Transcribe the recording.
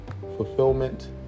fulfillment